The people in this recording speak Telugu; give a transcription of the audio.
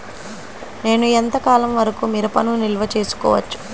నేను ఎంత కాలం వరకు మిరపను నిల్వ చేసుకోవచ్చు?